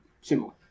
similar